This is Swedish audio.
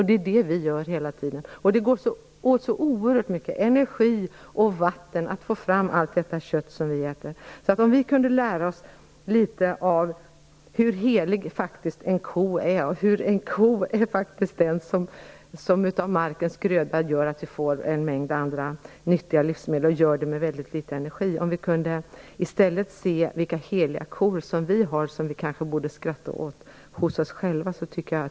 Det är vad vi gör hela tiden. Det går åt så oerhört mycket energi och vatten att få fram det kött som vi äter. Om vi kunde lära oss hur helig en ko är, hur en ko faktiskt är den som ser till att vi av markens gröda, med väldigt litet energi, får en mängd andra nyttiga livsmedel och kunde se vilka heliga kor som vi har, så borde vi kanske skratta åt oss själva.